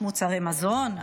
מוצרי מזון,